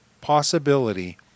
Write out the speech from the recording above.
possibility